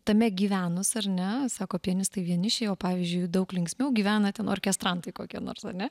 tame gyvenus ar ne sako pianistai vienišiai o pavyzdžiui daug linksmiau gyvena ten orkestrantai kokie nors ane